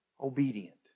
obedient